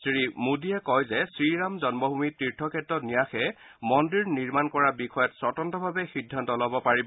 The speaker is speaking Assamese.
শ্ৰীমোদীয়ে কয় যে শ্ৰীৰাম জন্মভূমি তীৰ্থক্ষেত্ৰ ন্যাসে মন্দিৰ নিৰ্মাণ কৰা বিষয়ত স্বতন্তভাৱে সিদ্ধান্ত ল'ব পাৰিব